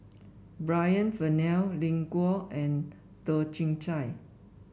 Brian Farrell Lin Gao and Toh Chin Chye